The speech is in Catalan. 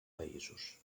països